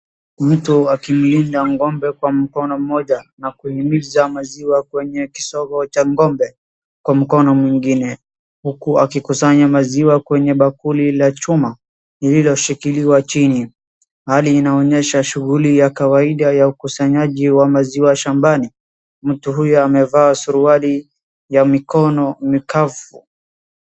mtu akimlinda ng'ombe kwa mkono mmoja na akihimiza maziwa kwenye kisogo cha ng'ombe kwa mkono mwingine huku akikusanya maziwa kwenye bakuli la chuma liloshikilwa chini hali inaonyesha shughuli ya kawaida ya ukusanyaji wa maziwa sahambani mtu huyu amevaa suruali ya mikono mikavu